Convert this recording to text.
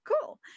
cool